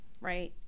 Right